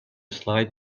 slide